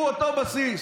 הוא אותו בסיס.